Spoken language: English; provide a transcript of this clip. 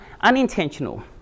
unintentional